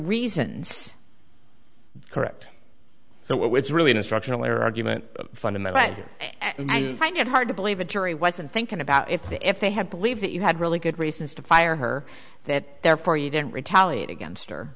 reasons correct so it's really an instructional or argument fundamental and i find it hard to believe a jury wasn't thinking about if the if they had believed that you had really good reasons to fire her that therefore you didn't retaliate against or